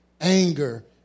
anger